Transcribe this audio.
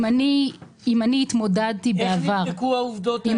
אם אני התמודדתי בעבר --- איך נבדקו העובדות האלה?